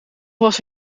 was